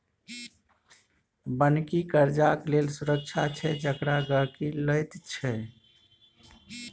बन्हकी कर्जाक लेल सुरक्षा छै जेकरा गहिंकी लैत छै